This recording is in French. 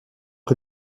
que